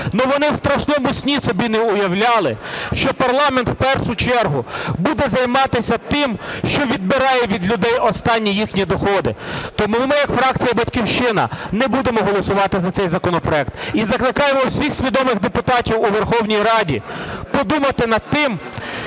але вони у страшному сні собі не уявляли, що парламент в першу чергу буде займатися тим, що відбирає від людей останні їхні доходи. Тому ми, фракція "Батьківщина", не будемо голосувати за цей законопроект. І закликаємо всіх свідомих депутатів у Верховній Раді подумати над тим,